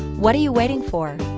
what are you waiting for?